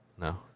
No